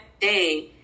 day